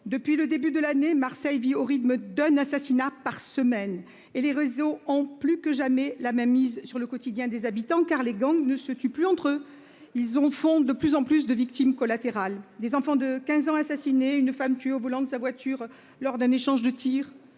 depuis le début de l'année. Marseille vit au rythme d'un assassinat par semaine et les réseaux en plus que jamais la mainmise sur le quotidien des habitants car les gangs ne se tue plus entre eux ils ont font de plus en plus de victimes collatérales des enfants de 15 ans, assassiné une femme tuée au volant de sa voiture, lors d'un échange de tirs.